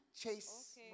chase